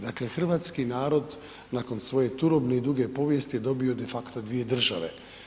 Dakle, hrvatski narod nakon svoje turobne i duge povijesti je dobio de facto dvije države.